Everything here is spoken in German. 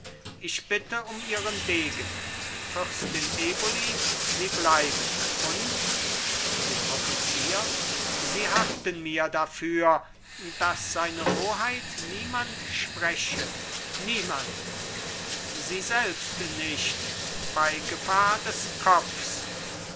ich bitte um ihren degen fürstin eboli sie bleiben und zu dem offizier sie haften mir dafür daß seine hoheit niemand spreche niemand sie selbst nicht bei gefahr des kopfs